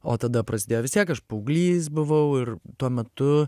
o tada prasidėjo vis tiek aš paauglys buvau ir tuo metu